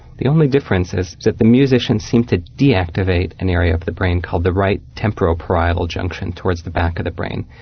the only difference is that the musicians seem to de-activate an area of the brain called the right temporoparietal junction towards the back of the brain.